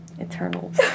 Eternals